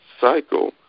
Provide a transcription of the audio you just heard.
cycle